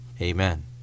amen